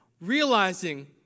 realizing